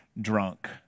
drunk